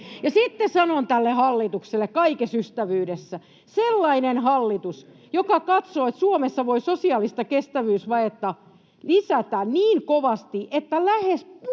sitten sanon tälle hallitukselle kaikessa ystävyydessä: sellainen hallitus, joka katsoo, että Suomessa voi sosiaalista kestävyysvajetta lisätä niin kovasti, että lähes puolet